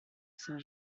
saint